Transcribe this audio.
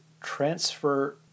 transfer